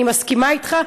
אני מסכימה אתך,